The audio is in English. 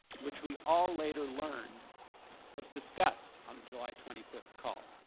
which we all later learned was discussed on the july twenty fifth call.